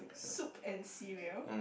soup and cereal